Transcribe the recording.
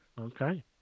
Okay